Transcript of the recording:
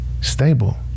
stable